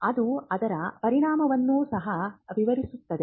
ಅದು ಅದರ ಪರಿಣಾಮವನ್ನು ಸಹ ವಿವರಿಸುತ್ತದೆ